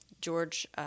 George